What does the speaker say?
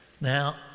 Now